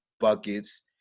buckets